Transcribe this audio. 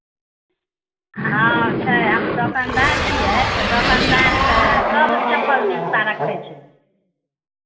हँ छै हम दोकानदार छियै तऽ दोकानदार तऽ सभ चप्पल जुत्ता रखै छै